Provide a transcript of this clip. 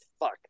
fuck